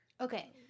Okay